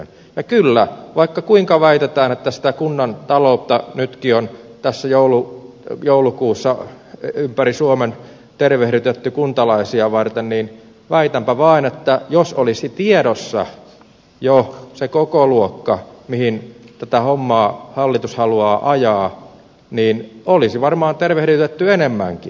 ja kyllä vaikka kuinka väitetään että sitä kunnan taloutta nytkin on joulukuussa ympäri suomen tervehdytetty kuntalaisia varten väitänpä vain että jos olisi tiedossa jo se kokoluokka mihin tätä hommaa hallitus haluaa ajaa niin olisi varmaan tervehdytetty enemmänkin